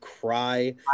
cry